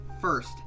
first